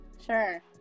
Sure